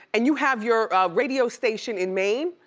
and you have your radio station in maine?